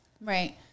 Right